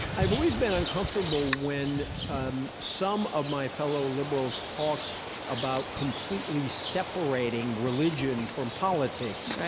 i've always been uncomfortable when um some of my fellow liberals talked about completely separating religion from politics.